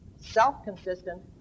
self-consistent